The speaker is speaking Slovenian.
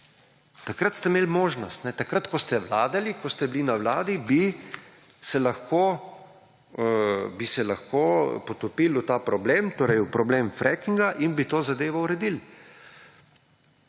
Takrat ste imeli možnost. Takrat, ko ste vladali, ko ste bili na Vladi, bi se lahko potopili v ta problem, torej v problem frackinga in bi to zadevo uredili.